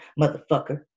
motherfucker